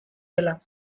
dela